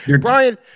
Brian